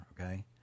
okay